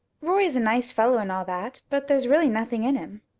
roy is a nice fellow and all that. but there's really nothing in him.